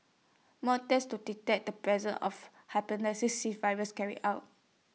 more tests to detect the presence of Hepatitis C virus carried out